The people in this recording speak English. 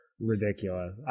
ridiculous